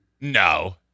No